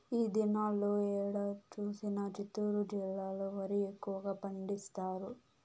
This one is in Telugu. ఈ దినాల్లో ఏడ చూసినా చిత్తూరు జిల్లాలో వరి ఎక్కువగా పండిస్తారు